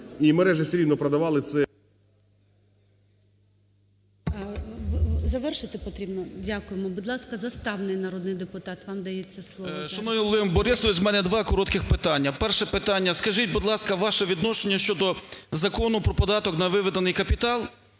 і мережі все рівно продавали це… ГОЛОВУЮЧИЙ. Завершити потрібно? Дякуємо. Будь ласка, Заставний народний депутат, вам дається слово. 10:52:55 ЗАСТАВНИЙ Р.Й. Шановний Володимир Борисович, у мене два коротких питання. Перше питання. Скажіть, будь ласка, ваше відношення щодо Закону про податок на виведений капітал.